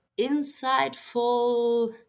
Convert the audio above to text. insightful